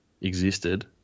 existed